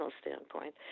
standpoint